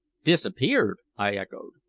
disappeared! i echoed.